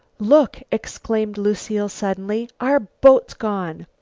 look! exclaimed lucile suddenly our boat's gone!